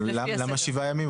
אבל, למה 7 ימים.